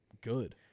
good